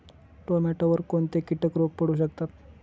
टोमॅटोवर कोणते किटक रोग पडू शकतात?